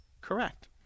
Correct